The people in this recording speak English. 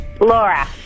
Laura